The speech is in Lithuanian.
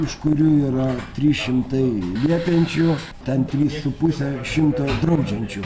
iš kurių yra trys šimtai liepiančių ten trys su puse šimto draudžiančių